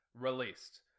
released